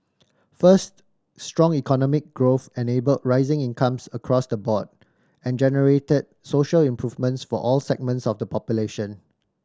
first strong economic growth enabled rising incomes across the board and generated social improvements for all segments of the population